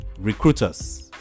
Recruiters